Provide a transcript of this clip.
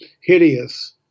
hideous